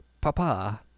papa